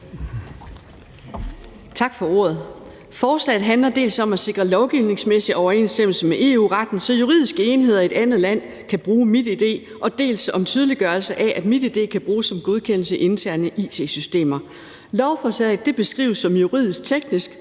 Tak for ordet. Forslaget handler dels om at sikre lovgivningsmæssig overensstemmelse med EU-retten, så juridiske enheder i et andet land kan bruge MitID, dels om tydeliggørelse af, at MitID kan bruges som godkendelse i interne it-systemer. Lovforslaget beskrives som juridisk teknisk,